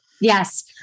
Yes